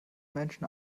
menschen